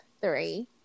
three